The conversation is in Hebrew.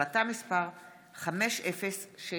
מאת חברת הכנסת מאי